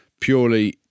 purely